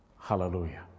Hallelujah